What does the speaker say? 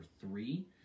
three